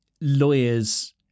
lawyers